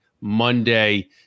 Monday